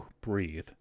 breathe